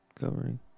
Covering